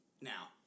Now